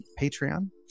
Patreon